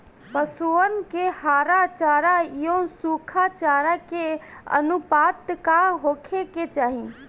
पशुअन के हरा चरा एंव सुखा चारा के अनुपात का होखे के चाही?